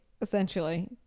essentially